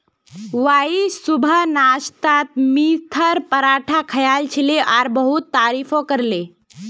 Y सुबह नाश्तात मेथीर पराठा खायाल छिले और बहुत तारीफो करले